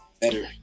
better